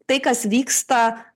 tai kas vyksta